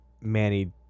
Manny